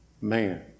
man